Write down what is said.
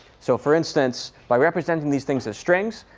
so for instance, by representing these things are strings,